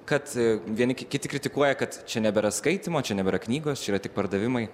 kad vieni kiti kritikuoja kad čia nebėra skaitymo čia nebėra knygos yra tik pardavimai